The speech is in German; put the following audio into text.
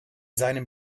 seinem